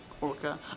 orca